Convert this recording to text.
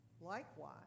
Likewise